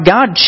God